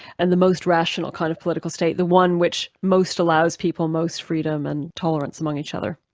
and the most rational kind of political state, the one which most allows people most freedom and tolerance among each other.